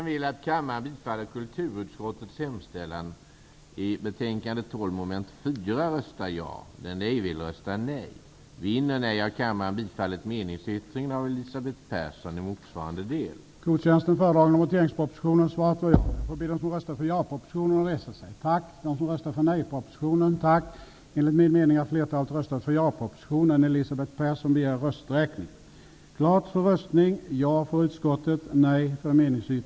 Värderade talman! Elisabeth Perssons huvudfråga till mig var om jag står bakom det som står i kulturutskottets betänkande nr 13. Mitt svar till henne är ja.